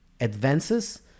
advances